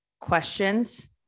questions